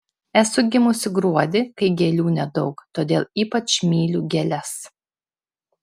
esu gimusi gruodį kai gėlių nedaug todėl ypač myliu gėles